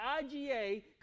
IGA